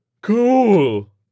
Cool